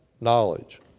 knowledge